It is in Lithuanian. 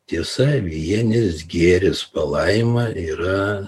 tiesa vienis gėris palaima yra